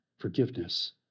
Forgiveness